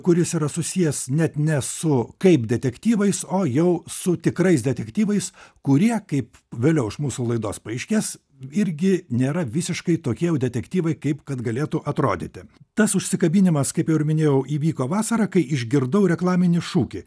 kuris yra susijęs net ne su kaip detektyvais o jau su tikrais detektyvais kurie kaip vėliau iš mūsų laidos paaiškės irgi nėra visiškai tokie jau detektyvai kaip kad galėtų atrodyti tas užsikabinimas kaip jau ir minėjau įvyko vasarą kai išgirdau reklaminį šūkį